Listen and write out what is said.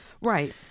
Right